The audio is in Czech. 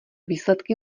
výsledky